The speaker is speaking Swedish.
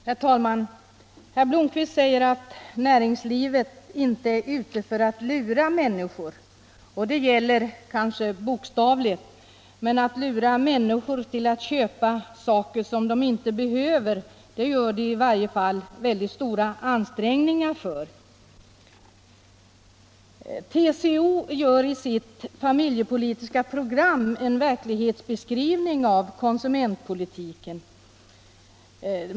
Herr talman! Herr Blomkvist säger att näringslivet inte är ute för att lura människor och det gäller kanske bokstavligen. Men näringslivet gör i alla fall väldigt stora ansträngningar för att lura människor att köpa saker som de inte behöver. TCO ger i sitt familjepolitiska program en verklighetsbeskrivning av konsumentpolitiken.